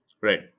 Right